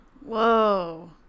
Whoa